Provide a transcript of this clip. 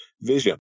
vision